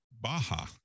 Baja